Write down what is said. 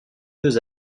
deux